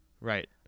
Right